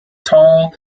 tall